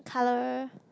colour